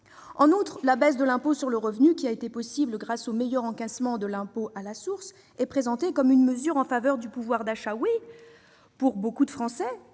En outre, la baisse de l'impôt sur le revenu, qui a été rendue possible par une meilleure perception de l'impôt à la source, est présentée comme une mesure en faveur du pouvoir d'achat. C'est vrai pour beaucoup de Français,